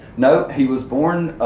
nope, he was born,